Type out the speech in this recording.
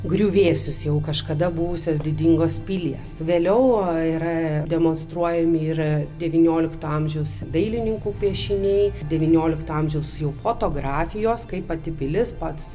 griuvėsius jau kažkada buvusios didingos pilies vėliau yra demonstruojami ir devyniolikto amžiaus dailininkų piešiniai devyniolikto amžiaus jau fotografijos kaip pati pilis pats